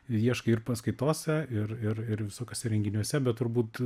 ieškai ir paskaitose ir ir ir visokiuose renginiuose bet turbūt